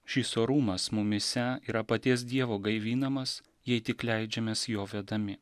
šis orumas mumyse yra paties dievo gaivinamas jei tik leidžiamės jo vedami